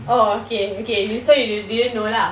oh okay okay you so you don't didn't know lah